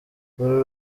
uru